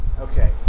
Okay